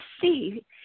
see